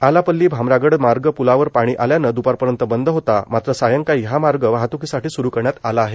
आलापल्ली भामरागड मार्ग प्लावर पानी आल्यानं द्पार पर्यन्त बंद होता मात्र सायंकाळी हा मार्ग वाहत्कीसाठी सुरू करण्यात आला आहे